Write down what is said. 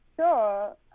sure